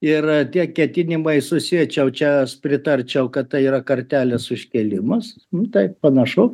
ir tie ketinimai susiečiau čia pritarčiau kad tai yra kartelės užkėlimas tai panašu